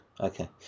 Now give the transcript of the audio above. Okay